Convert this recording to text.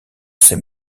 ses